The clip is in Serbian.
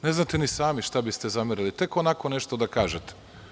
Ne znate ni sami šta biste zamerili, tek onako nešto da kažete.